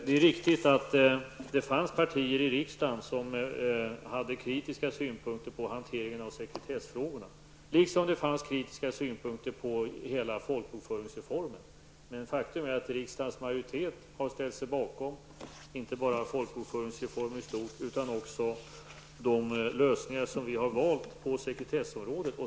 Det är riktigt att det fanns partier i riksdagen som hade kritiska synpunkter på hanteringen av sekretessfrågorna. Det fanns även kritiska synpunkter på hela folkbokföringsreformen, men faktum är att riksdagens majoritet har ställt sig bakom inte bara folkbokföringsreformen i stort utan även de lösningar som vi har valt på sekretessområdet.